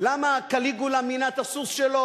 למה קליגולה מינה את הסוס שלו